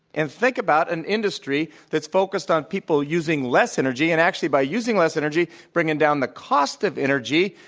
and think about an industry that's focused on people using less energy, and actually, by using less energy, bringing down the cost of energy,